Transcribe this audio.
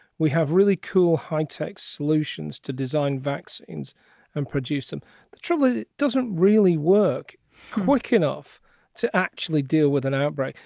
we have really cool high tech solutions to design vaccines and produce some truly doesn't really work quick enough to actually deal with an outbreak.